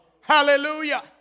hallelujah